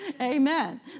Amen